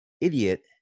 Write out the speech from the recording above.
idiot